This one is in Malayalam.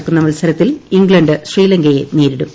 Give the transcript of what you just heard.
നടക്കുന്ന മത്സരത്തിൽ ഇംഗ്ലണ്ട് ശ്രീലങ്കയെ നേരിടും